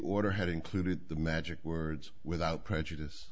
order had included the magic words without prejudice